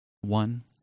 One